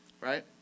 right